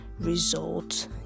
result